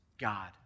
God